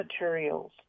materials